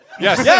Yes